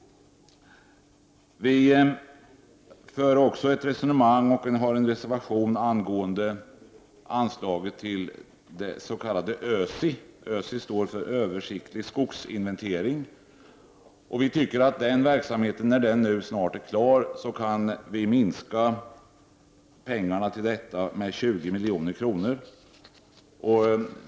Vi för också ett resonemang och har lagt en reservation kring anslaget till Ösi, Översiktliga skogsinventeringar. Vi tycker att när den verksamheten snart är avslutad kan vi minska anslaget med 20 milj.kr.